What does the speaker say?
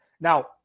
Now